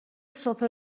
صبح